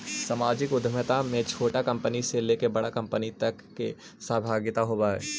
सामाजिक उद्यमिता में छोटा कंपनी से लेके बड़ा कंपनी तक के सहभागिता होवऽ हई